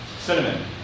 cinnamon